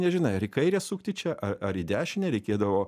nežinai ar į kairę sukti čia ar ar į dešinę reikėdavo